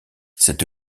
cette